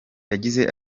yagize